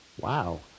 wow